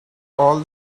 all